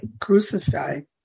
crucified